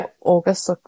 August